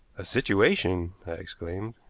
a situation! i exclaimed.